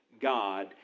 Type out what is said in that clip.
God